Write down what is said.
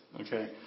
Okay